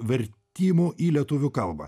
vertimų į lietuvių kalbą